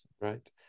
right